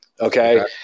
okay